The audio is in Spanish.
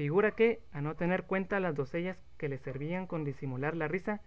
figura que a no tener cuenta las doncellas que le servían con disimular la risa